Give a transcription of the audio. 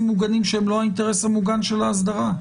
מוגנים שהם לא האינטרס המוגן של האסדרה.